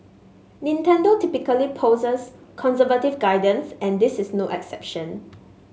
Nintendo typically posts conservative guidance and this is no exception